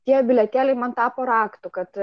tie bilietėliai man tapo raktu kad